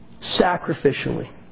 sacrificially